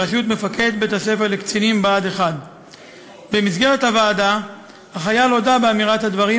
בראשות מפקד בית-הספר לקצינים בה"ד 1. במסגרת הוועדה החייל הודה באמירת הדברים,